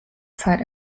zeit